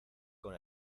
con